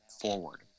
forward